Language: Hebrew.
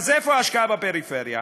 אז איפה ההשקעה בפריפריה?